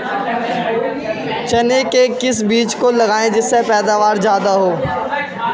चने के किस बीज को लगाएँ जिससे पैदावार ज्यादा हो?